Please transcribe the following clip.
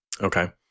Okay